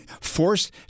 forced